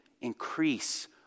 increase